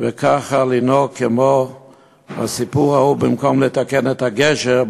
וככה לנהוג כמו בסיפור ההוא: במקום לתקן את הגשר,